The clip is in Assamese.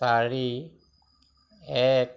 চাৰি এক